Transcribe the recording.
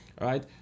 right